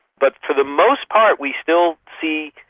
but for the most part we still see.